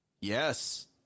Yes